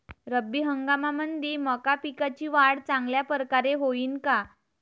रब्बी हंगामामंदी मका पिकाची वाढ चांगल्या परकारे होईन का?